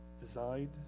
designed